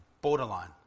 borderline